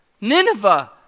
Nineveh